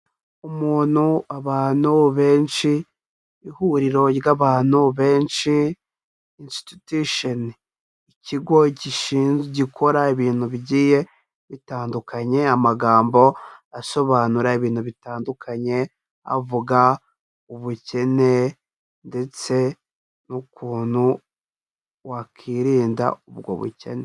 Umuntu, abantu benshi, ihuriro ry'abantu benshi, institution. Ikigo gikora ibintu bigiye bitandukanye, amagambo asobanura ibintu bitandukanye, avuga ubukene ndetse n'ukuntu wakwirinda ubwo bukene.